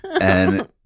and-